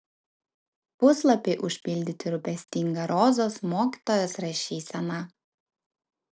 puslapiai užpildyti rūpestinga rozos mokytojos rašysena